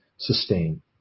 Sustain